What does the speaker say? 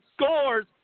scores